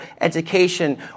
education